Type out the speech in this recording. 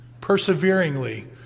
perseveringly